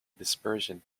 dispersion